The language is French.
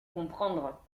comprendre